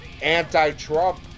anti-Trump